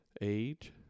Age